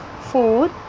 food